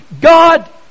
God